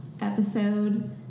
episode